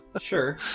Sure